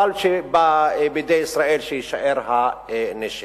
אבל שבידי ישראל יישאר הנשק.